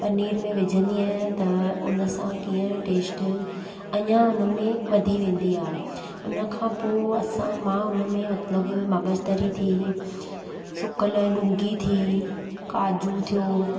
पनीर में विझंदी आहियां त उन सां कीअं टेस्ट अञा उन में वधी वेंदी आहे उन खां पोइ असां मां उनमें मतिलबु मग़ज़ु तरी थी सुकियल ॾूंघी थी काजू थियो